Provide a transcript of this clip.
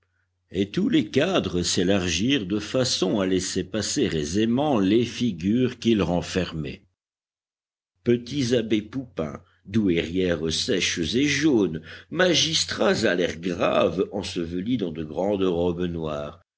et tous les cadres s'élargirent de façon à laisser passer aisément les figures qu'ils renfermaient petits abbés poupins douairières sèches et jaunes magistrats à l'air grave ensevelis dans de grandes robes noires